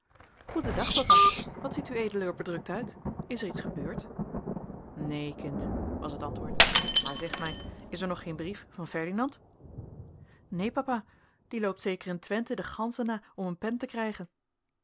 goeden dag papa wat ziet ued er bedrukt uit is er iets gebeurd neen kind was het antwoord maar zeg mij is er nog geen brief van ferdinand neen papa die loopt zeker in twente de ganzen na om een pen te krijgen